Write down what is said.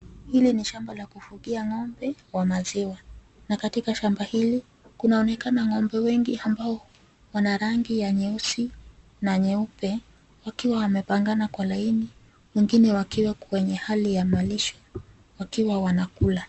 Hili ni shamba la kufugia ng'ombe wa maziwa. Na katika shamba hili kunaonekana ng'ombe wengi ambao wana rangi ya nyeusi na nyeupe; wakiwa wamepangana kwa laini. Wengine wakiwa kwenye hali ya malisho, wakiwa wanakula.